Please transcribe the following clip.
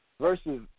versus